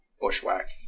bushwhack